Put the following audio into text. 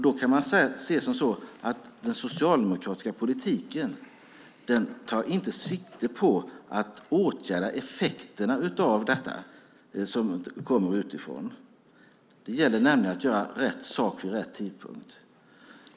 Då kan man se att den socialdemokratiska politiken inte tar sikte på att åtgärda effekterna av detta som kommer utifrån. Det gäller nämligen att göra rätt saker vid rätt tidpunkt.